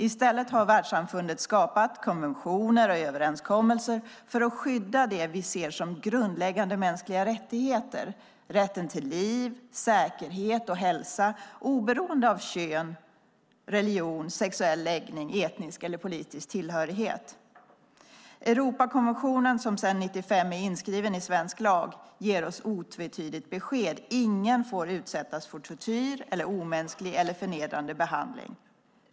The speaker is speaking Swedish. I stället har världssamfundet skapat konventioner och överenskommelser för att skydda det vi ser som grundläggande mänskliga rättigheter, nämligen rätten till liv, säkerhet och hälsa oberoende av kön, religion, sexuell läggning, etnisk eller politisk tillhörighet. Europakonventionen som sedan 1995 är inskriven i svensk lag ger oss otvetydigt besked. Ingen får utsättas för tortyr eller omänsklig eller förnedrande behandling.